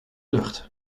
lucht